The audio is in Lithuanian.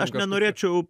aš nenorėčiau